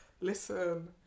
listen